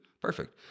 Perfect